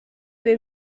den